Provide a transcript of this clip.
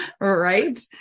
Right